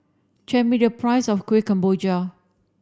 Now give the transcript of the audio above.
tell me the price of Kueh Kemboja